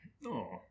No